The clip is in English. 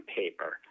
paper